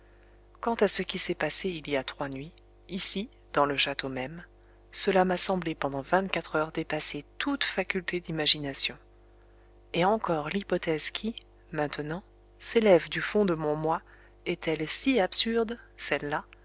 quant à ce qui s'est passé il y a trois nuits ici dans le château même cela m'a semblé pendant vingt-quatre heures dépasser toute faculté d'imagination et encore l'hypothèse qui maintenant s'élève du fond de mon moi est-elle si absurde celle-là